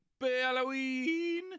Halloween